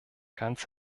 ganz